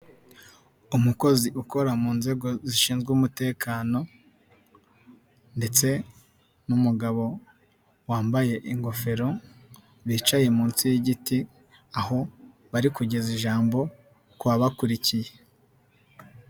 Umukozi ukora mu nzego zishinzwe umutekano, ndetse n'umugabo wambaye ingofero bicaye munsi y'igiti, aho bari kugeza ijambo kuba bakurikiye.